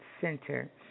Center